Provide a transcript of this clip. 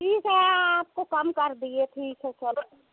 ठीक है आपको कम कर दिए ठीक है चलो